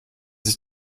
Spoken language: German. sich